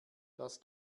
das